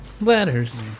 Letters